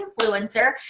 influencer